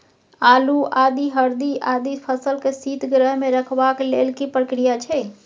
आलू, आदि, हरदी आदि फसल के शीतगृह मे रखबाक लेल की प्रक्रिया अछि?